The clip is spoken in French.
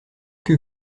que